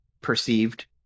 perceived